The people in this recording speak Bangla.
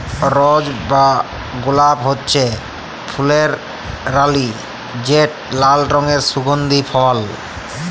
রজ বা গোলাপ হছে ফুলের রালি যেট লাল রঙের সুগল্ধি ফল